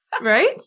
Right